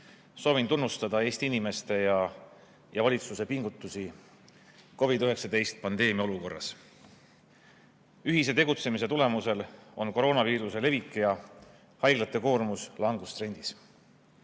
soovin tunnustada Eesti inimeste ja valitsuse pingutusi COVID-19 pandeemia olukorras. Ühise tegutsemise tulemusel on koroonaviiruse levik ja haiglate koormus langustrendis.